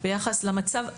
ביחס למצב הנפשי,